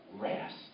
rest